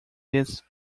this